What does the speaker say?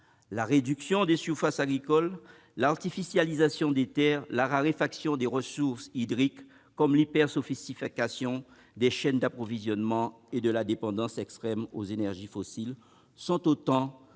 La réduction des surfaces agricoles, l'artificialisation des terres, la raréfaction des ressources hydriques, l'hyper-sophistication des chaînes d'approvisionnement et la dépendance extrême aux énergies fossiles sont autant de facteurs